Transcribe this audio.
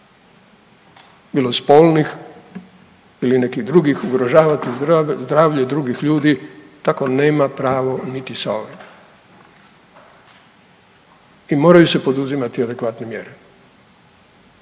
bilo spolnih ili nekih drugih ugrožavati zdravlje drugih ljudi tako nema pravo niti sa ovime i moraju se poduzimati adekvatne mjere.